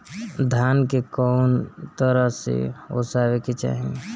धान के कउन तरह से ओसावे के चाही?